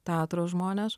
teatro žmones